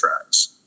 tracks